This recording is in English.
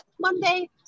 Monday